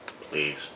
Please